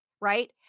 right